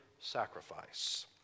sacrifice